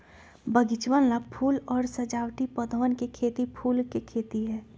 बगीचवन ला फूल और सजावटी पौधवन के खेती फूल के खेती है